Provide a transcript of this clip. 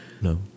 No